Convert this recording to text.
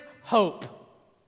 hope